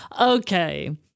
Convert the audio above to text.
Okay